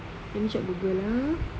let me check google ah